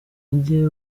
ajye